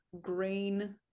grain